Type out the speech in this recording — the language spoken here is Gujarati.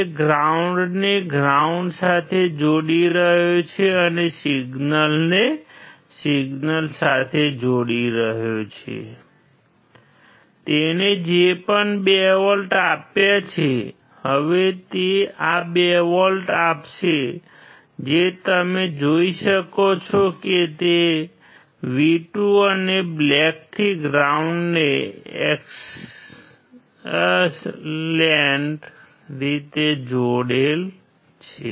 તે ગ્રાઉન્ડને ગ્રાઉન્ડ સાથે જોડી રહ્યો છે અને તે સિગ્નલને સિગ્નલ સાથે જોડી રહ્યો છે તેણે જે પણ 2 વોલ્ટ આપ્યા છે હવે તે આ 2 વોલ્ટ આપશે જે તમે જોઈ શકો છો કે તે V2 અને બ્લેકથી ગ્રાઉન્ડને એક્સસલેન્ટ રીતે જોડેલ છે